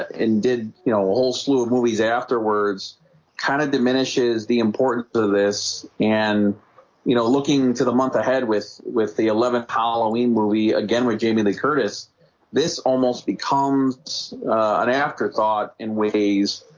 and did you know a whole slew of movies afterwards kind of diminishes the importance of this and you know looking to the month ahead with with the eleventh halloween movie again with jamie lee curtis this almost becomes an afterthought in ways